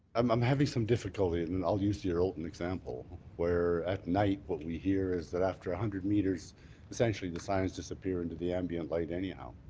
um i'm having some difficulty. and i'll use the erlton example where at night what we hear is that after a hundred metres essentially the signs disappear into the ambient light anyhow.